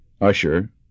usher